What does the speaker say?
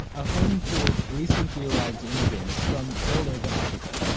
a home for recently arrived immigrants from all over africa.